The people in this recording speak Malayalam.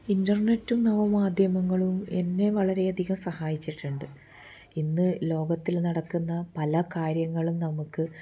ഇൻ്റർനെറ്റും നവമാധ്യമങ്ങളും എന്നെ വളരെയധികം സഹായിച്ചിട്ടുണ്ട് ഇന്ന് ലോകത്തിൽ നടക്കുന്ന പല കാര്യങ്ങളും നമുക്ക്